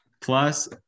Plus